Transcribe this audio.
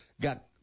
got